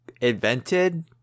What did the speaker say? invented